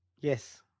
Yes